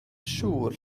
siŵr